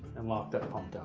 and lock that pump